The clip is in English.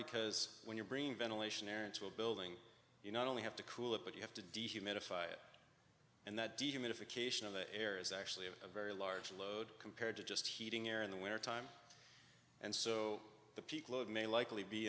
because when you're bringing ventilation air into a building you not only have to cool it but you have to dehumidify it and that dehumidification of the air is actually a very large load compared to just heating air in the wintertime and so the peak load may likely be